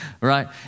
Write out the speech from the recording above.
right